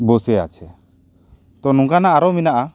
ᱵᱳᱥᱮ ᱟᱪᱷᱮ ᱛᱚ ᱱᱚᱝᱠᱟᱱᱟᱜ ᱟᱨᱚ ᱢᱮᱱᱟᱜᱼᱟ